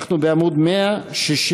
אנחנו בעמוד 164,